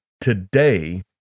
today